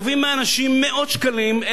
גובים מאנשים מאות שקלים,